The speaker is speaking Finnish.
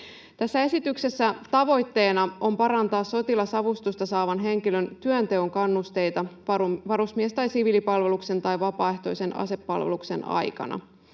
Tässä esityksessä tavoitteena on parantaa sotilasavustusta saavan henkilön työnteon kannusteita varusmies- tai siviilipalveluksen tai vapaaehtoisen asepalveluksen aikana.